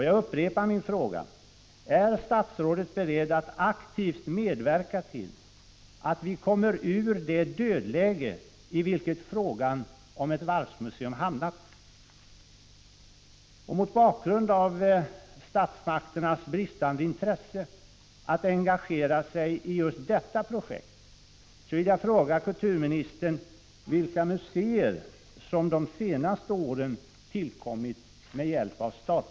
Jag upprepar min fråga: Är statsrådet beredd att aktivt medverka till att vi kommer ur det dödläge, i vilket frågan om ett varvsmuseum hamnat?